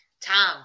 Tom